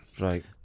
Right